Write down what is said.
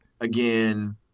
again